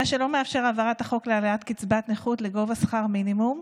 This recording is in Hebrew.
מה שלא מאפשר את העברת החוק להעלאת קצבת נכות לגובה שכר מינימום.